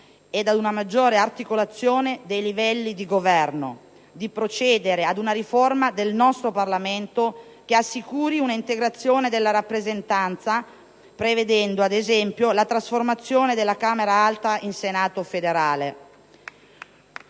e ad una maggiore articolazione dei livelli di governo, di procedere ad una riforma del nostro Parlamento che assicuri una integrazione della rappresentanza, prevedendo ad esempio la trasformazione della Camera alta in Senato federale.